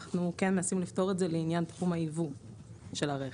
אנחנו מנסים לפתור את זה לעניין הייבוא של הרכב.